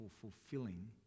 fulfilling